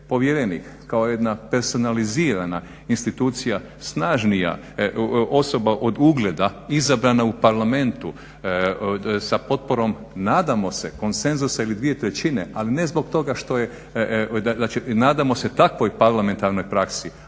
kao jedna personalizirana institucija, snažnija osoba od ugleda izabrana u Parlamentu sa potporom, nadamo se konsenzusa ili dvije trećine, ali ne zbog toga što je, nadamo se takvoj parlamentarnoj praksi